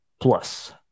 Plus